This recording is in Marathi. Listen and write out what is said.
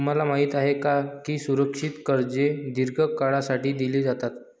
तुम्हाला माहित आहे का की सुरक्षित कर्जे दीर्घ काळासाठी दिली जातात?